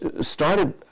started